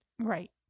Right